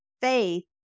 faith